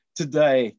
today